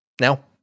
Now